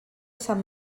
sant